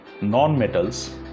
non-metals